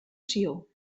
sió